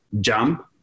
jump